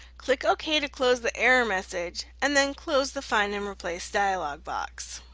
click ok to close the error message, and then close the find and replace dialog box.